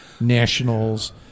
nationals